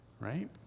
Right